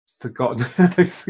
forgotten